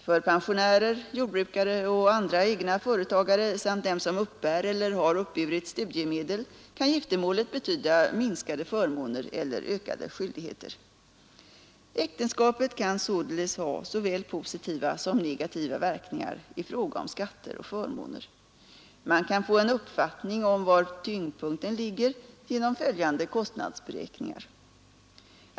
För pensionärer, jordbrukare och andra egna företagare samt dem som uppbär eller har uppburit studiemedel kan giftermålet betyda minskade förmåner eller ökade skyldigheter. Äktenskapet kan således ha såväl positiva som negativa verkningar i fråga om skatter och förmåner. Man kan få en uppfattning om var tyngdpunkten ligger genom följande kostnadsberäkningar.